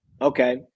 okay